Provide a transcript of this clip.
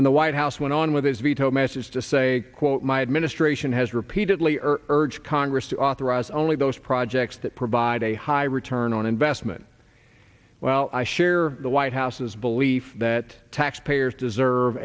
then the white house went on with his veto message to say quote my administration has repeatedly urged congress to authorize only those projects that provide a high return on investment well i share the white house's belief that taxpayers do deserve